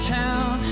town